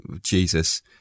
Jesus